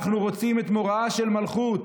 אנחנו רוצים את מוראה של מלכות.